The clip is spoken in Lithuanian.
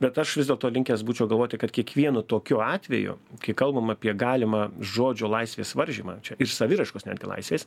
bet aš vis dėlto linkęs būčiau galvoti kad kiekvienu tokiu atveju kai kalbam apie galimą žodžio laisvės varžymą čia ir saviraiškos netgi laisvės